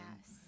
Yes